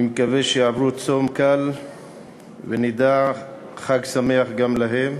אני מקווה שיעברו צום קל ונדע חג שמח גם להם.